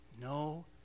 no